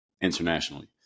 internationally